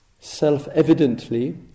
self-evidently